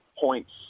points